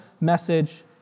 message